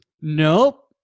nope